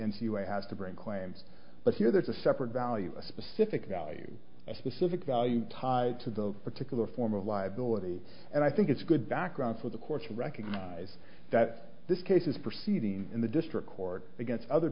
a has to bring claims but here there's a separate value a specific value a specific value tied to the particular form of liability and i think it's good background for the courts to recognize that this case is proceeding in the district court against other